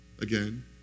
again